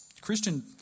Christian